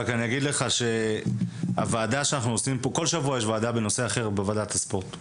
אגיד לך שכל שבוע מתכנסת הוועדה בנושאי ספורט שונים.